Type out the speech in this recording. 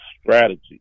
strategy